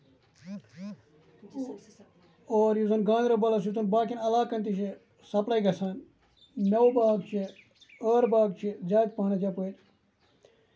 اور یُس زَن گاندربَلَس یُس زَن باقٮ۪ن علاقن تہِ چھِ سَپلے گژھان میوٕ باغ چھِ ٲر باغ چھِ زیادٕ پَہمتھ یَپٲرۍ